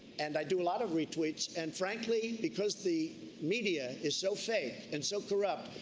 and i do a lot of retweets. and frankly, because the media is so fake and so corrupt,